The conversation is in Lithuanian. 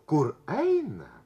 kur eina